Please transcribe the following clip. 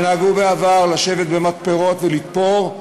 שנהגו בעבר לשבת במתפרות ולתפור.